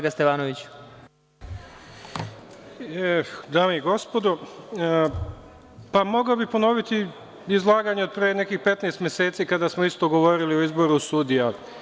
Dame i gospodo, mogao bih ponoviti izlaganje od pre nekih 15 meseci, kada smo isto govorili o izboru sudija.